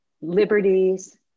liberties